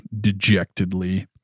dejectedly